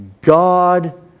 God